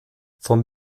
vom